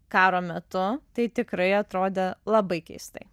karo metu tai tikrai atrodė labai keistai